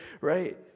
right